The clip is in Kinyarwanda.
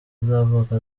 uzavuka